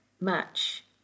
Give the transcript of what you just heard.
match